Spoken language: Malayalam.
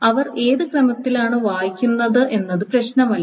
അവർ ഏത് ക്രമത്തിലാണ് വായിക്കുന്നത് എന്നത് പ്രശ്നമല്ല